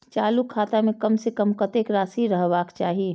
चालु खाता में कम से कम कतेक राशि रहबाक चाही?